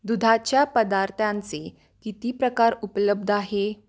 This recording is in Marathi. दुधाच्या पदार्थांचे किती प्रकार उपलब्ध आहे